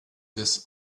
this